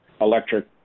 electric